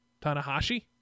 Tanahashi